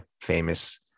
famous